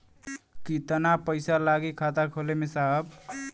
कितना पइसा लागि खाता खोले में साहब?